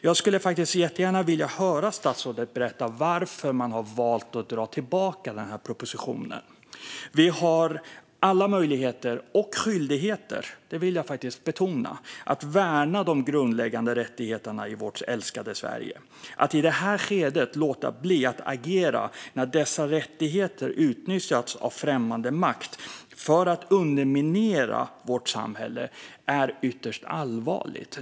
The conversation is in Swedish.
Jag skulle vilja höra statsrådet berätta varför man har valt att dra tillbaka propositionen. Vi har alla möjligheter och skyldigheter - jag betonar det - att värna de grundläggande rättigheterna i vårt älskade Sverige. Att i det här skedet låta bli att agera när dessa rättigheter har utnyttjats av främmande makt för att underminera vårt samhälle är ytterst allvarligt.